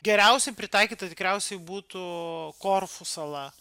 geriausiai pritaikyta tikriausiai būtų korfų sala